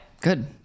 good